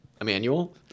Emmanuel